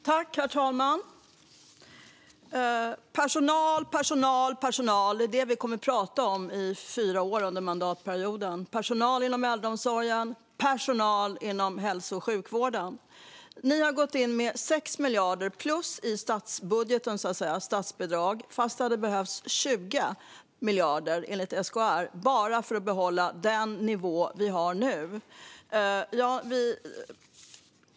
Herr talman! Personal, personal, personal - det är det vi kommer att prata om i fyra år, under mandatperioden. Det handlar om personal inom äldreomsorgen och personal inom hälso och sjukvården. Regeringen har gått in med 6 miljarder plus i statsbidrag, fast det, enligt SKR, hade behövts 20 miljarder bara för att behålla den nivå vi har nu. Herr talman!